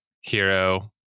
hero